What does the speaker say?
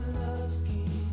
lucky